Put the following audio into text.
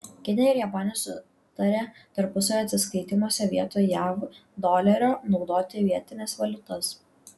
kinija ir japonija sutarė tarpusavio atsiskaitymuose vietoj jav dolerio naudoti vietines valiutas